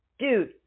Dude